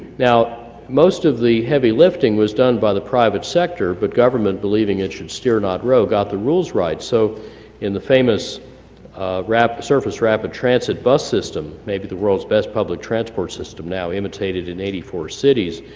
now most of the heavy lifting was done by the private sector, but government believing it should steer, not row, got the rules right, so in the famous surface rapid transit bus system, maybe the world's best public transport system now, imitated in eighty four cities,